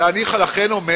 ואני לכן אומר,